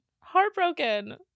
heartbroken